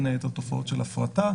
בין היתר תופעות של הפרטה,